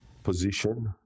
Position